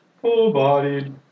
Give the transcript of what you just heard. full-bodied